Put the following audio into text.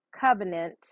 covenant